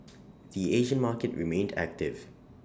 the Asian market remained active